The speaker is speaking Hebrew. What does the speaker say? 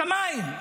בשמיים.